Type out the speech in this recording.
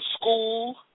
school